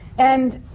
and.